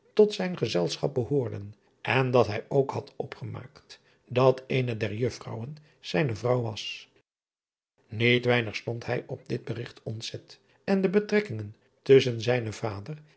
tot zijn gezelschap behoorden en dat hij ook had opgemaakt dat eene der uffrouwen zijne vrouw was iet weinig stond hij op dit berigt ontzet en de betrekkingen tusschen zijnen vader